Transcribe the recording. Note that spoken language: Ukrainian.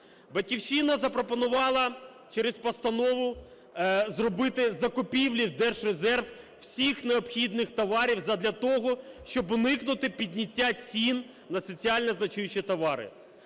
"Батьківщина" запропонувала через постанову зробити закупівлі в Держрезерв всіх необхідних товарів задля того, щоб уникнути підняття цін на соціально значущі товари.